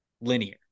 linear